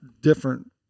different